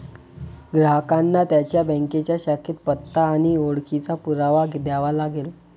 ग्राहकांना त्यांच्या बँकेच्या शाखेत पत्ता आणि ओळखीचा पुरावा द्यावा लागेल